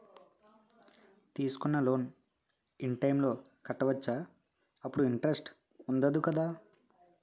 తీసుకున్న loan in time లో కట్టవచ్చ? అప్పుడు ఇంటరెస్ట్ వుందదు కదా?